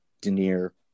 denier